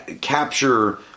capture